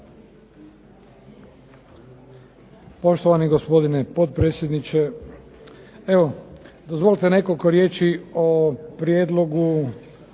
Poštovani gospodine potpredsjedniče. Dozvolite nekoliko riječi o prijedlogu